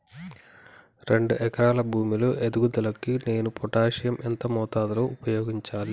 రెండు ఎకరాల భూమి లో ఎదుగుదలకి నేను పొటాషియం ఎంత మోతాదు లో ఉపయోగించాలి?